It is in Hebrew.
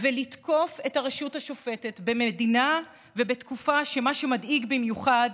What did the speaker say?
ולתקוף את הרשות השופטת במדינה ובתקופה שמה שמדאיג בהן במיוחד